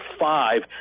five